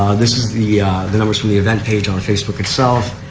this is the the numbers from the event page on facebook itself.